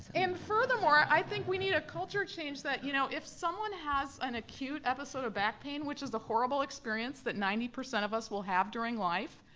and furthermore, i think we need a culture change that you know if someone has an acute episode of back pain, which is a horrible experience that ninety percent of us will have during life,